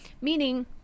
Meaning